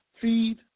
feed